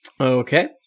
Okay